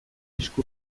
esku